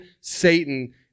Satan